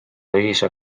ühise